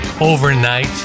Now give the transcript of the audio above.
overnight